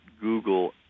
Google